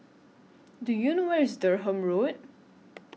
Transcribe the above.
Do YOU know Where IS Durham Road